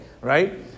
right